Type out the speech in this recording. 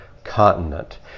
continent